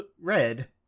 Red